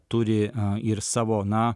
turi ir savo na